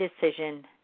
decision